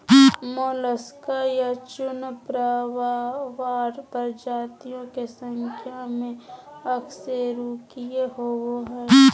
Mollusca या चूर्णप्रावार प्रजातियों के संख्या में अकशेरूकीय होबो हइ